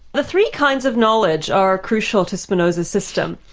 the three kinds of knowledge are crucial to spinoza's system.